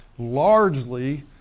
largely